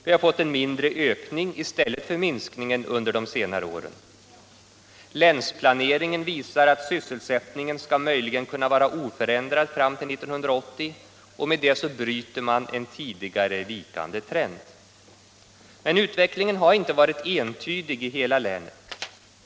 Vi har fått en mindre ökning i stället för minskningen under de senare åren. Länsplaneringen visar att sysselsättningen möjligen skall kunna vara oförändrad fram till 1980, och därmed bryter man en tidigare vikande trend. Men utvecklingen har inte varit entydig i hela länet.